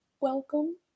Welcome